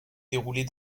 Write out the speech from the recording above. dérouler